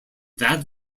that